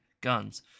guns